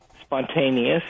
spontaneous